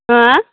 हो